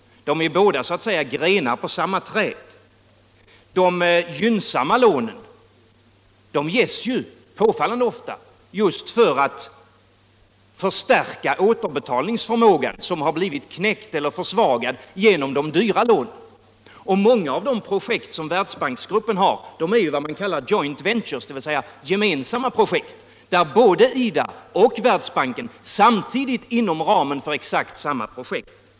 De är ju båda så att säga grenar av samma träd. De gynnsamma lånen ges påfallande ofta just för att förstärka återbetalningsförmågan, som har blivit knäckt eller försvagad genom de dyra lånen. Många av de projekt som Världsbanksgruppen har är vad man kallar ”Joint ventures”, dvs. gemensamma projekt, där både IDA och Världsbanken verkar samtidigt inom ramen för exakt samma projekt.